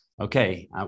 okay